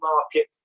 market